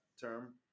term